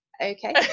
okay